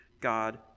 God